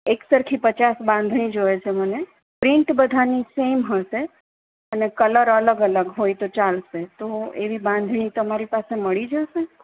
એક સરખી પચાસ બાંધણી જોઈએ છે મને પ્રિન્ટ બધાંની સેમ હશે અને કલર અલગ અલગ હોય તો ચાલશે તો એવી બાંધણી તમારી પાસે મળી જશે